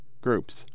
groups